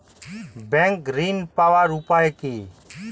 Bank ঋণ পাওয়ার উপায় কি?